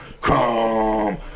come